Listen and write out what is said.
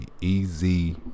easy